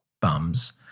Bums